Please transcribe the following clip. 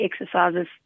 exercises